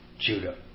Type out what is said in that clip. Judah